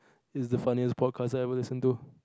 is the funniest podcast I ever listen to